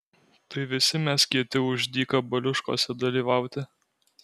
tai visi mes kieti už dyka baliuškose dalyvauti